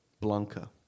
Blanca